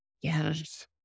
Yes